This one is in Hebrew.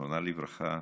זיכרונה לברכה,